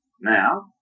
Now